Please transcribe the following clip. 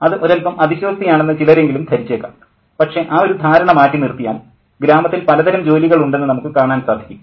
അത് ഒരല്പം അതിശയോക്തിയാണെന്ന് ചിലരെങ്കിലും ധരിച്ചേക്കാം പക്ഷേ ആ ഒരു ധാരണ മാറ്റിനിർത്തിയാൽ ഗ്രാമത്തിൽ പലതരം ജോലികൾ ഉണ്ടെന്ന് നമുക്ക് കാണാൻ സാധിക്കും